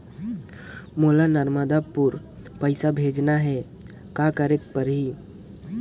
मोला नर्मदापुर पइसा भेजना हैं, कौन करेके परही?